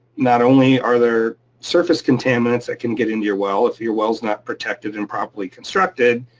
not only are there surface contaminants that can get into your well, if your well is not protected and properly constructed,